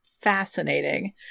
fascinating